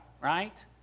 right